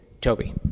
Toby